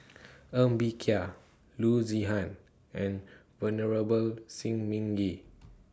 Ng Bee Kia Loo Zihan and Venerable Shi Ming Yi